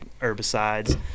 herbicides